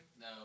No